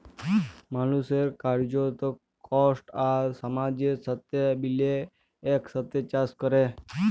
মালুসের কার্যত, কষ্ট আর সমাজের সাথে মিলে একসাথে চাস ক্যরা